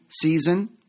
season